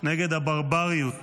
נגד הברבריות.